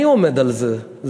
אני עומד על זה,